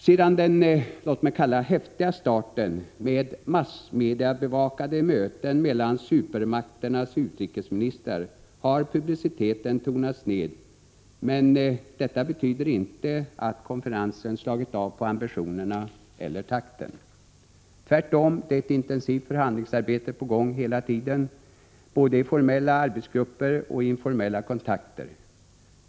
Sedan den — låt mig säga — häftiga starten med massmediabevakade möten mellan supermakternas utrikesministrar har publiciteten tonats ned, men detta betyder inte att konferensen slagit av på ambitionerna eller takten. Tvärtom, det är ett intensivt förhandlingsarbete på gång hela tiden både i formella arbetsgrupper och i informella kontakter.